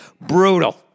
brutal